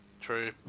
True